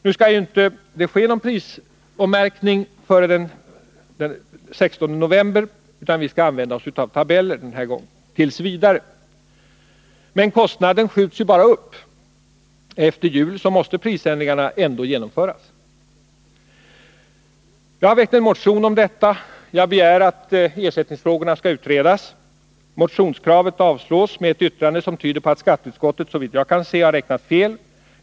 Det skall inte ske någon prisommärkning före den 16 november, utan vi skall denna gång t.v. använda oss av tabeller. Men kostnaden skjuts bara upp. Efter jul måste prisändringarna ändå genomföras. Jag har väckt en motion om detta, där jag begär att ersättningsfrågorna skall utredas. Motionskravet avstyrks med ett yttrande som tyder på att skatteutskottet, såvitt jag kan se, har räknat fel.